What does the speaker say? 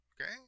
Okay